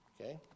Okay